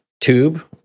tube